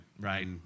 Right